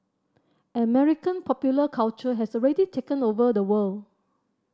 American popular culture has already taken over the world